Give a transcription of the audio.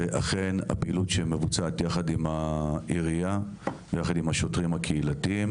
ואכן הפעילות שמבוצעת יחד עם העירייה ויחד עם השוטרים הקהילתיים